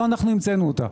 לא אנחנו המצאנו אותה.